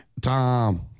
Tom